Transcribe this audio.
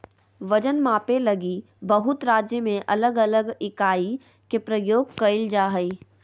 वजन मापे लगी बहुत राज्य में अलग अलग इकाई के प्रयोग कइल जा हइ